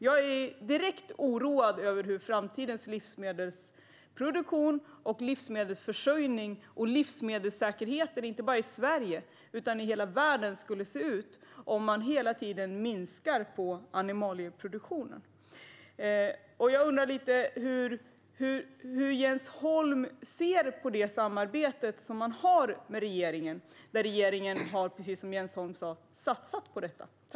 Jag är direkt oroad över hur framtidens livsmedelsproduktion, livsmedelsförsörjning och livsmedelssäkerhet, inte bara i Sverige utan i hela världen, kommer att se ut om man hela tiden minskar på animalieproduktionen. Jag undrar hur Jens Holm ser på samarbetet som man har med regeringen som, precis som Jens Holm sa, har satsat på detta.